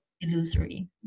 illusory